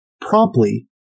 promptly